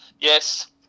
Yes